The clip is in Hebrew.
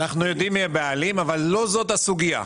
אנחנו יודעים מיהם הבעלים, אבל לא זאת הסוגייה.